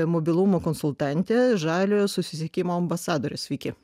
mobilumo konsultantė žaliojo susisiekimo ambasadorė sveiki